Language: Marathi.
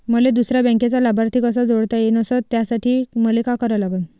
मले दुसऱ्या बँकेचा लाभार्थी कसा जोडता येईन, अस त्यासाठी मले का करा लागन?